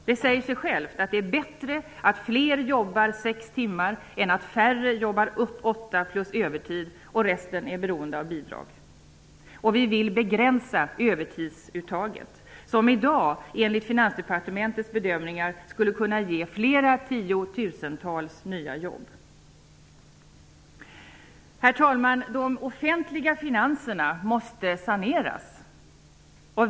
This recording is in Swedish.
Det säger sig självt att det är bättre att fler jobbar sex timmar än att färre jobbar åtta timmar plus övertid medan resten är beroende av bidrag. Vi vill begränsa övertidsuttaget, som i dag enligt Finansdepartementets bedömningar skulle kunna ge flera tiotusentals nya jobb. Herr talman! De offentliga finanserna måste saneras.